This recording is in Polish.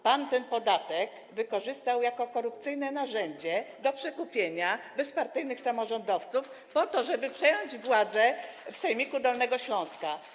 Pan ten podatek wykorzystał jako korupcyjne narzędzie do przekupienia bezpartyjnych samorządowców, żeby przejąć władzę w sejmiku Dolnego Śląska.